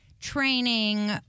training